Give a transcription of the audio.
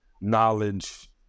knowledge